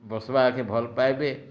ବସ୍ବାକେ ଭଲ୍ ପାଏବେ